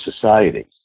society